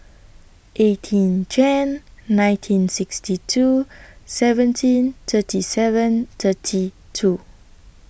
eighteen Jan nineteen sixty two seventeen thirty seven thirty two